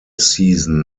season